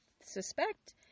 suspect